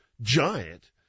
giant